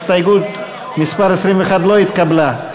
הסתייגות מס' 21 לא התקבלה.